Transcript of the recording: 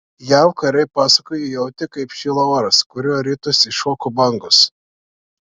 jav kariai pasakojo jautę kaip šyla oras kuriuo ritosi šoko bangos